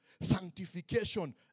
sanctification